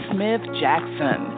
Smith-Jackson